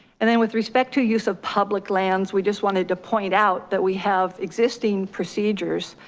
and then with respect to use of public lands, we just wanted to point out that we have existing procedures.